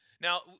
Now